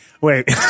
Wait